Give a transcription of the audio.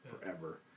forever